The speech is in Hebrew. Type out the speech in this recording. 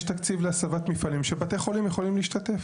יש תקציב להסבת מפעלים, שבתי חולים יכולים להשתתף.